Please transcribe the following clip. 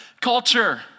culture